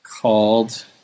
called